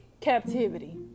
captivity